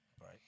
right